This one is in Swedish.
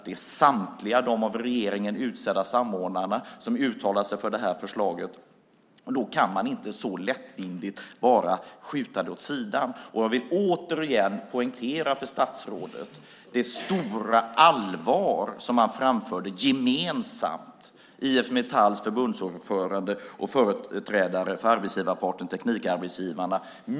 Det är samtliga av de av regeringen utsedda samordnarna som har uttalat sig för det här förslaget. Då kan man inte så lättvindigt bara skjuta det åt sidan. Jag vill återigen poängtera för statsrådet det stora allvar som man framförde gemensamt från IF Metalls förbundsordförande och företrädaren för arbetsgivarparten, Teknikarbetsgivarna.